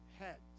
head